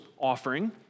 offering